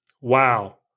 Wow